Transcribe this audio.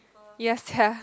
ya sia